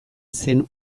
zen